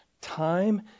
time